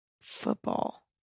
football